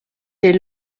des